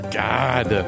god